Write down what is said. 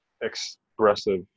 expressive